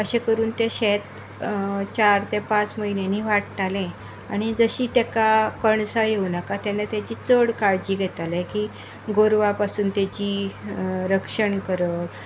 अशे करून ते शेत चार ते पांच म्हयन्यानी वाडटाले आनी जशी ताका कणसां येवनाका तेन्ना ताची चड काळजी घेताले की गोरवां पासून ताजी रक्षण करप